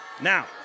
Now